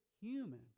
human